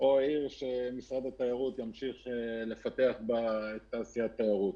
או עיר שמשרד התיירות ימשיך לפתח בה את תעשיית התיירות.